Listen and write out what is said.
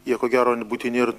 jie ko gero būtini ir